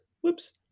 Whoops